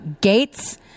Gates